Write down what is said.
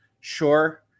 Sure